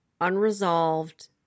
unresolved